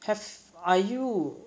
have are you